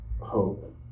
hope